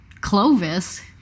Clovis